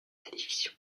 télévision